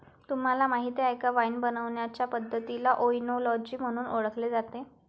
तुम्हाला माहीत आहे का वाइन बनवण्याचे पद्धतीला ओएनोलॉजी म्हणून ओळखले जाते